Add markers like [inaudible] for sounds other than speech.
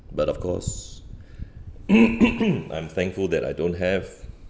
but of course [noise] I'm thankful that I don't have